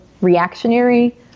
reactionary